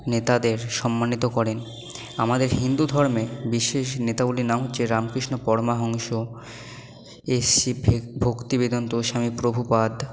নেতাদের সম্মানিত করেন আমাদের হিন্দু ধর্মে বিশেষ নেতাগুলির নাম হচ্ছে রামকৃষ্ণ পরমাহংস এ সি ভক্তি বেদান্ত স্বামী প্রভুপাদ